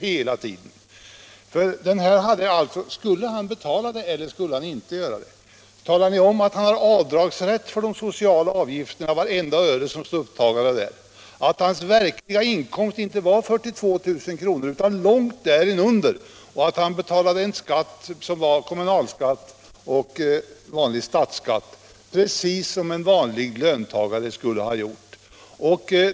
Har ni talat om att denne blomsterhandlare har avdragsrätt för vartenda öre som han betalar för sociala avgifter, att hans verkliga inkomst inte var 42 000 kr. utan långt därunder och att han betalade kommunalskatt och statlig skatt precis som en vanlig löntagare skulle ha gjort?